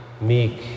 meek